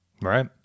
Right